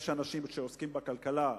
יש אנשים שעוסקים בכלכלה.